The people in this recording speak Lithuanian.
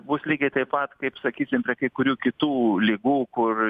bus lygiai taip pat kaip sakysim prie kai kurių kitų ligų kur